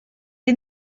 est